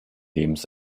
lebens